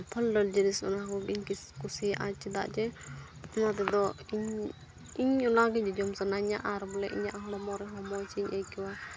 ᱯᱷᱚᱞ ᱰᱚᱞ ᱡᱤᱱᱤᱥ ᱚᱱᱟ ᱠᱚᱜᱤᱧ ᱠᱩᱥᱤᱭᱟᱜᱼᱟ ᱪᱮᱫᱟᱜ ᱡᱮ ᱱᱚᱣᱟ ᱨᱮᱫᱚ ᱤᱧ ᱱᱚᱣᱟ ᱜᱮ ᱡᱚᱢ ᱥᱟᱱᱟᱧᱟ ᱟᱨ ᱵᱚᱞᱮ ᱤᱧᱟᱹᱜ ᱦᱚᱲᱢᱚ ᱨᱮᱦᱚᱸ ᱢᱚᱡᱽ ᱤᱧ ᱟᱹᱭᱠᱟᱹᱣᱟ